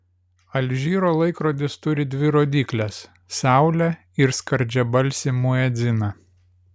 alžyro laikrodis turi dvi rodykles saulę ir skardžiabalsį muedziną